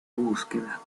búsqueda